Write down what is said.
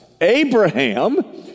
Abraham